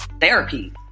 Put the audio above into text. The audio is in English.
therapy